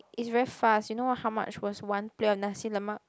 it's very fast you know how much was one plate of Nasi-Lemak